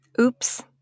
Oops